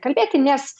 kalbėti nes